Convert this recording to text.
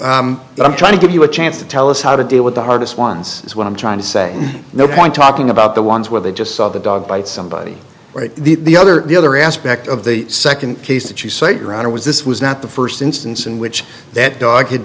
know i'm trying to give you a chance to tell us how to deal with the hardest ones is what i'm trying to say no point talking about the ones where they just saw the dog bite somebody or the other the other aspect of the second case that you say your honor was this was not the first instance in which that dog had